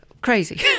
crazy